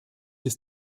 des